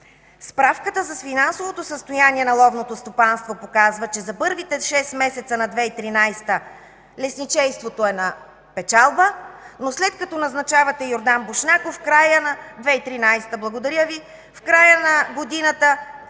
Справката за финансовото състояние на ловното стопанство показва, че за първите шест месеца на 2013 г. лесничейството е на печалба, но след като назначавате Йордан Бошнаков в края на... (Реплика от народния